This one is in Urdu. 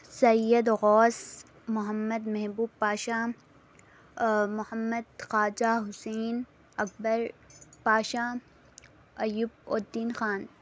سید غوث محمد محبوب پاشا محمد خواجہ حسین اکبر پاشا ایوب الدین خان